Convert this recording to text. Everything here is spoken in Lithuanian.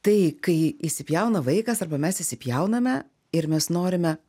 tai kai įsipjauna vaikas arba mes įspjauname ir mes norime